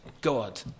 God